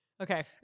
Okay